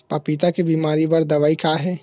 पपीता के बीमारी बर दवाई का हे?